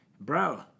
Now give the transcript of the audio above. Bro